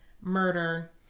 murder